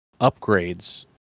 upgrades